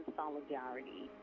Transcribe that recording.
solidarity